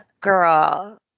Girl